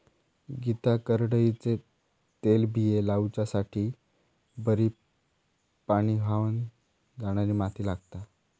गीता करडईचे तेलबिये लावच्यासाठी बरी पाणी व्हावन जाणारी माती लागता